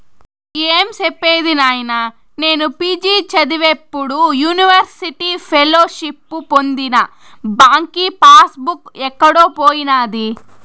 ఏం సెప్పేది నాయినా, నేను పి.జి చదివేప్పుడు యూనివర్సిటీ ఫెలోషిప్పు పొందిన బాంకీ పాస్ బుక్ ఎక్కడో పోయినాది